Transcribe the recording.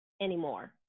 anymore